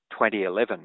2011